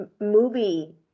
movie